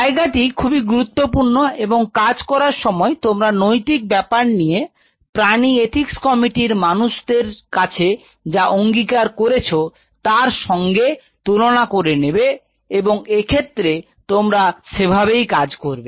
জায়গাটি খুবই গুরুত্বপূর্ণ এবং কাজ করার সময় তোমরা নৈতিক ব্যাপার নিয়ে প্রাণী এথিক্স কমিটির মানুষদের কাছে যা অঙ্গিকার করেছ তার সঙ্গে তুলনা করে নেবে এবং এক্ষেত্রে তোমরা সেভাবেই কাজ করবে